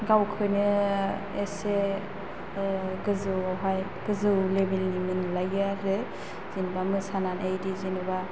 गावखौनो एसे गोजौ आवहाय गोजौ लेभेलनि मोनलायो आरो जेन'बा मोसानानै दि जेन'बा